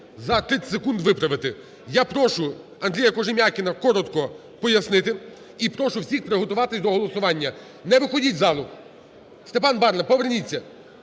за 30 секунд виправити. Я прошу Андрія Кожем'якіна коротко пояснити. І прошу всіх приготуватись до голосування. Не виходіть із залу! Степан Барна, поверніться.